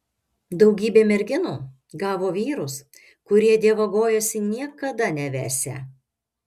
daugybė merginų gavo vyrus kurie dievagojosi niekada nevesią